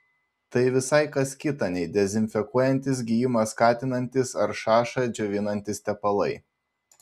tai visai kas kita nei dezinfekuojantys gijimą skatinantys ar šašą džiovinantys tepalai